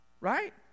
right